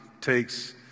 takes